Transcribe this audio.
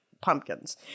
pumpkins